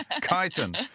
Chitin